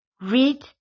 Read